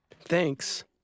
Thanks